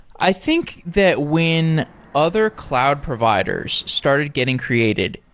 i think that when other cloud providers started getting created,